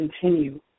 continue